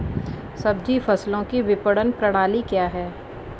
सब्जी फसलों की विपणन प्रणाली क्या है?